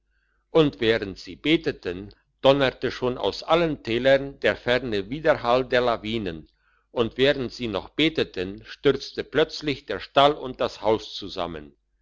und während sie beteten donnerte schon aus allen tälern der ferne widerhall der lawinen und während sie noch beteten stürzte plötzlich der stall und das haus zusammen